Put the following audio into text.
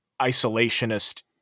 isolationist